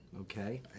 Okay